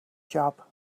job